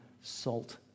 salt